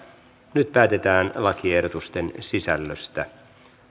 nyt päätetään lakiehdotusten sisällöstä